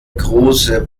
große